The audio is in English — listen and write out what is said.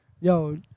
Yo